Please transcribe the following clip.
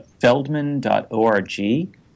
Feldman.org